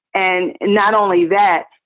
and not only that,